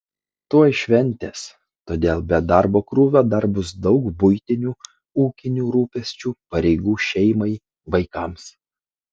tuoj šventės todėl be darbo krūvio dar bus daug buitinių ūkinių rūpesčių pareigų šeimai vaikams